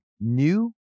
new